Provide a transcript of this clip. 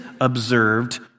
observed